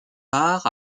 part